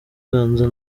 ganza